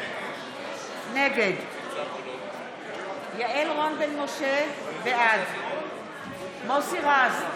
נגד יעל רון בן משה, בעד מוסי רז,